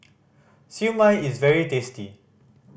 Siew Mai is very tasty